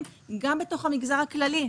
זה תופס את כלל המגזרים, גם במגזר הכללי.